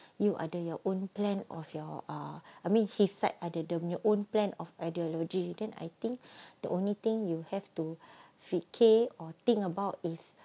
you ada your own plan of your uh I mean his side ada dia punya own plan of ideology then I think the only thing you have to fikir or think about is